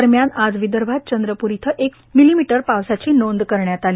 दरम्यान आज विदर्भात चंद्रपूर इथं एक मिली मीटर पावसाची नोंद करण्यात आली